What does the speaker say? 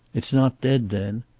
it's not dead, then?